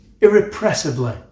irrepressibly